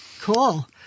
Cool